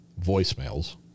voicemails